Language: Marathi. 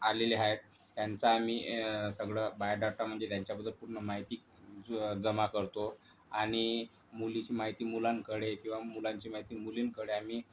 आलेली आहे त्यांचा आम्ही सगळं बायोडाटा म्हणजे त्यांच्याबद्दल पूर्ण माहिती ज जमा करतो आणि मुलीची माहिती मुलांकडे किंवा मुलांची माहिती मुलींकडे आम्ही